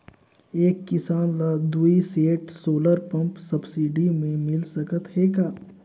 एक किसान ल दुई सेट सोलर पम्प सब्सिडी मे मिल सकत हे का?